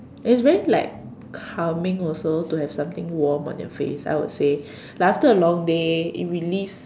it's very like calming also to have something warm on your face I would say like after a long day it release